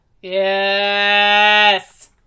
Yes